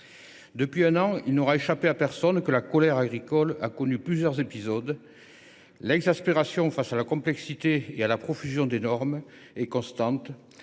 Depuis un an, il n’aura échappé à personne que la colère agricole a connu plusieurs épisodes. L’exaspération face à la complexité et à la profusion des normes est constante.